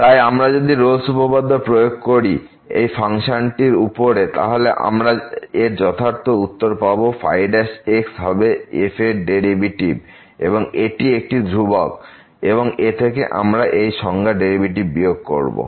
তাই আমরা যদি রোলস উপপাদ্য প্রয়োগ করি এই ফাংশনটির উপরে তাহলে আমরা এর যথার্থ উত্তর পাবো কারণ ϕ হবে f এর ডেরিভেটিভ এবং এটি একটি ধ্রুবক এবং এ থেকে আমরা এই সংজ্ঞা ও ডেরিভেটিভটি বিয়োগ করবো